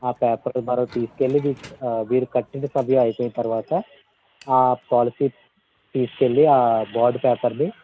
ఆ పేపర్ మనం తీసుకెళ్ళి మీరు కట్టిన సమయం అయిపోయిన తర్వాత ఆ పోలసీ తీసుకెళ్ళి ఆ బొండ్ పేపర్ని